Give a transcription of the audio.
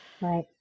Right